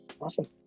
Awesome